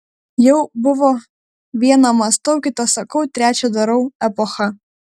jau buvo viena mąstau kita sakau trečia darau epocha